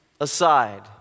aside